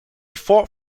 fought